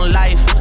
life